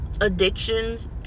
addictions